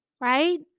right